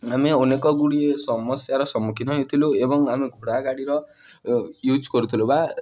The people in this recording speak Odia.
ଆମେ ଅନେକ ଗୁଡ଼ିଏ ସମସ୍ୟାର ସମ୍ମୁଖୀନ ହେଇଥିଲୁ ଏବଂ ଆମେ ଘୋଡ଼ା ଗାଡ଼ିର ୟୁଜ୍ କରୁଥିଲୁ ବା